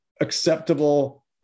acceptable